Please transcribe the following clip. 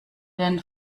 denn